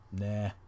nah